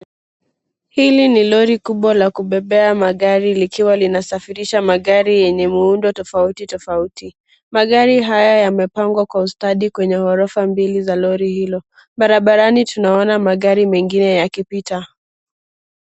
Hili ni lori kubwa la kubebea magari likiwa linasafirisha magari yenye muundo tofauti tofauti. Magari haya yamepangwa kwa ustadi kwenye ghorofa mbili za lori hilo. Barabarani, tunaona magari mengine yakipita.